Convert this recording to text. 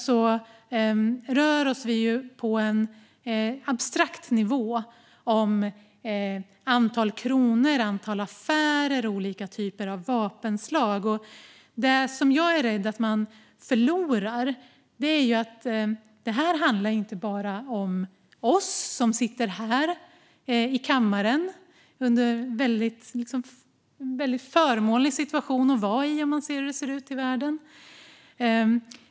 Vi rör oss ju på en abstrakt nivå; det handlar om antal kronor, antal affärer och olika typer av vapenslag. Det jag är rädd att man förlorar är att detta inte bara handlar om oss som sitter här i kammaren, i en väldigt förmånlig situation jämfört med hur det ser ut i världen.